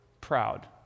proud